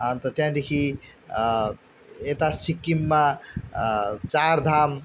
अन्त त्यहाँदेखि यता सिक्किममा चारधाम